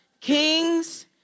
kings